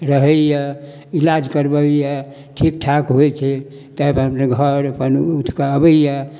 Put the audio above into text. रहै इलाज करबबैय ठीक ठाक होइ छै तैं अपन घर अपन उठिकऽ अबैय